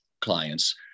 clients